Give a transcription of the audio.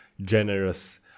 generous